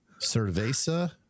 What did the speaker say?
Cerveza